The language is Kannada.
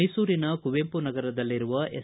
ಮೈಸೂರಿನ ಕುವೆಂಪು ನಗರದಲ್ಲಿರುವ ಎಸ್